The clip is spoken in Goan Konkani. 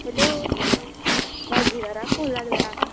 हॅलो राजीवरा फोन लागला